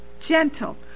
gentle